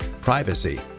privacy